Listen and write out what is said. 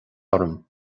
orm